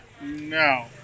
No